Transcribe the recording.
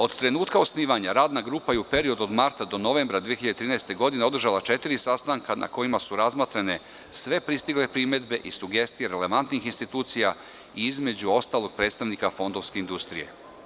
Od trenutka osnivanja radna grupa je u periodu od marta do novembra 2013. godine održala četiri sastanka, na kojima su razmotrene sve pristigle primedbe i sugestije relevantnih institucija i, između ostalog, predstavnika fondovske industrije.